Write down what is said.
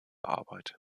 arbeit